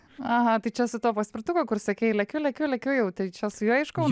aha o tai čia tuo paspirtuku kur sakei lekiu lekiu lekiu jau tai čia su juo iš kauno